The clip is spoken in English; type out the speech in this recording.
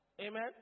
amen